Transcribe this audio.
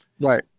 Right